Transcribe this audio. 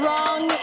Wrong